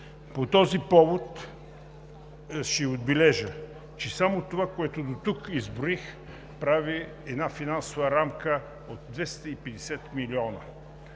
По този повод ще отбележа, че само това, което дотук изброих, прави една финансова рамка от 250 милиона.